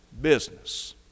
business